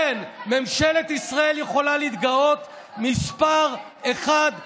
כן, ממשלת ישראל יכולה להתגאות: מספר אחת בעולם,